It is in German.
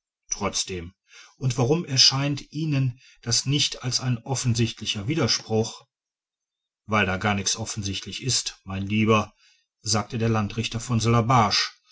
trotzdem und warum erscheint ihnen das nicht als ein offensichtlicher widerspruch weil da gar nix offensichtlich ist mein lieber sagte der landrichter von söller